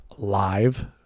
Live